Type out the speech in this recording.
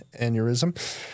aneurysm